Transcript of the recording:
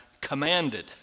commanded